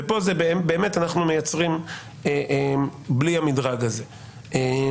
פה אנחנו מייצרים בלי המדרג הזה,